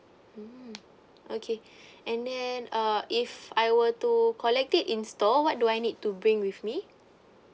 mm okay and then uh if I were to collect it in store what do I need to bring with me